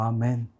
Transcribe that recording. Amen